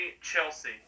Chelsea